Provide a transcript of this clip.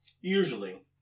Usually